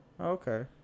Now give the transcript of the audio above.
Okay